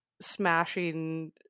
smashing